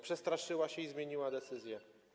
Przestraszyła się i zmieniła decyzję.